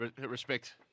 Respect